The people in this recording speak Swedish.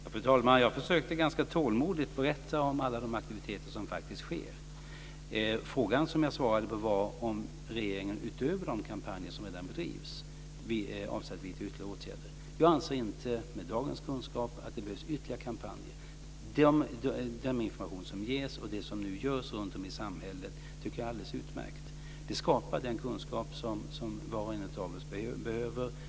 Fru talman! Jag försökte ganska tålmodigt berätta om alla de aktiviteter som sker. Frågan som jag svarade på var om regeringen utöver de kampanjer som redan bedrivs avser att vidta ytterligare åtgärder. Jag anser inte med dagens kunskap att det behövs ytterligare kampanjer. Den information som ges och det som nu görs runtom i samhället tycker jag är alldeles utmärkt. Det skapar den kunskap som var och en av oss behöver.